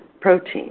protein